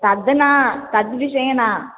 तद् न तद्विषये न